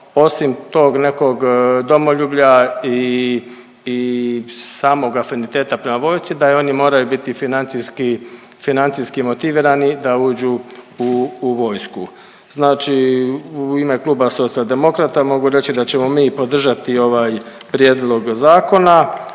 osim tog nekog domoljublja i i samog afiniteta prema vojsci da i oni moraju biti financijski, financijski motivirani da uđu u vojsku. Znači u ime Kluba Socijaldemokrata mogu reći da ćemo mi podržati ovaj prijedlog zakona,